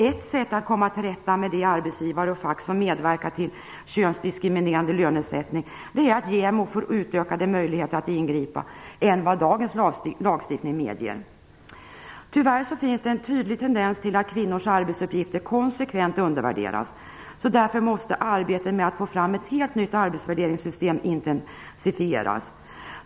Ett sätt att komma till rätta med de arbetsgivare och fackföreningar som medverkar till könsdiskriminerande lönesättning är att JämO får utökade möjligheter att ingripa i förhållande till vad dagens lagstiftning medger. Tyvärr finns en tydlig tendens till att kvinnors arbetsuppgifter konsekvent undervärderas, och därför måste arbetet med att ta fram ett helt nytt arbetsvärderingssystem intensifieras.